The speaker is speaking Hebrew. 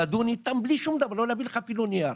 לא להביא לך אפילו נייר.